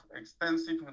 extensive